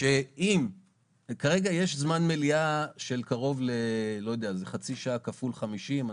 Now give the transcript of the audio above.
כרגע יש זמן מליאה של חצי שעה כפול 50,